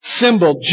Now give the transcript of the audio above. symbol